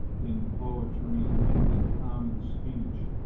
in poetry and in common speech,